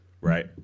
Right